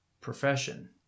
profession